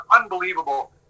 unbelievable